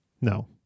No